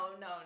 no